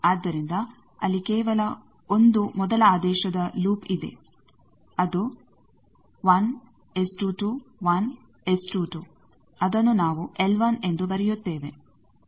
ಆದ್ದರಿಂದ ಅಲ್ಲಿ ಕೇವಲ ಒಂದು ಮೊದಲ ಆದೇಶದ ಲೂಪ್ ಇದೆ ಅದು 1 S22 1 S22 ಅದನ್ನು ನಾವು L ಎಂದು ಬರೆಯುತ್ತೇವೆ